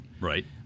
right